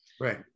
Right